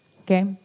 Okay